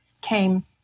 came